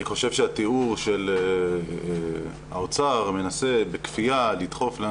אני חושב שהתיאור שהאוצר מנסה בכפייה לדחוף,